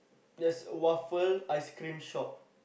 there's waffle ice cream shop